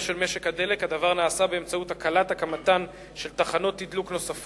אדוני יושב-ראש ועדת הכלכלה, הצעת החוק,